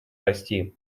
расти